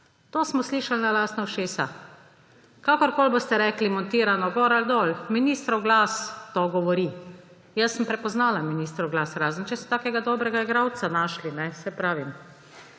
To smo slišali na lastna ušesa. Kakorkoli boste rekli, montirano gor ali dol, ministrov glas to govori. Jaz sem prepoznala ministrov glas. Razen če so tako dobrega igralca našli. Saj pravim.